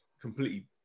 completely